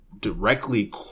directly